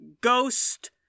ghost